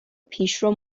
پیشرو